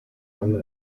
eine